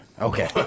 Okay